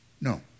No